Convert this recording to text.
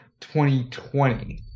2020